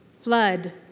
Flood